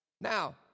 Now